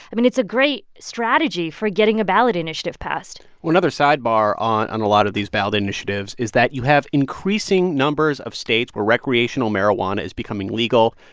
i mean, it's a great strategy for getting a ballot initiative passed one other sidebar on on a lot of these ballot initiatives is that you have increasing numbers of states where recreational marijuana is becoming legal.